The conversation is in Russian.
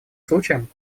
случаем